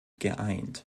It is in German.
geeint